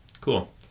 Cool